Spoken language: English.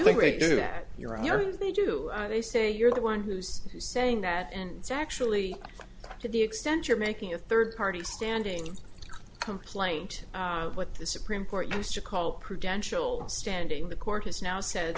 think they do that your are they do they say you're the one who's saying that and it's actually to the extent you're making a third party standing complaint what the supreme court used to call prudential standing the court has now sa